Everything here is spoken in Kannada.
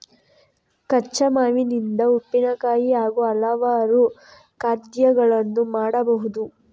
ಕಚ್ಚಾ ಮಾವಿನಿಂದ ಉಪ್ಪಿನಕಾಯಿ ಹಾಗೂ ಹಲವಾರು ಖಾದ್ಯಗಳನ್ನು ಮಾಡಬಹುದು